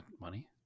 money